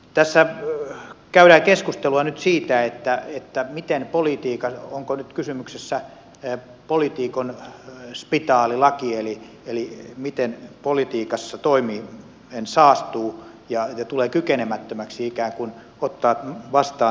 tässä käydään keskustelua nyt siitä että tää mikään politiikan ja onko nyt kysymyksessä poliitikon spitaalilaki eli miten politiikassa toimien saastuu ja tulee kykenemättömäksi ikään kuin ottamaan vastaan seuraavia tehtäviä